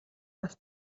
бас